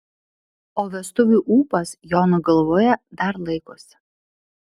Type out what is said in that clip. o vestuvių ūpas jono galvoje dar laikosi